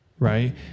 right